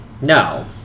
No